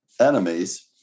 enemies